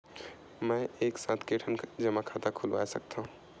मैं एक साथ के ठन जमा खाता खुलवाय सकथव?